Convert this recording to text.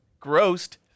Grossed